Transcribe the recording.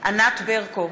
ענת ברקו,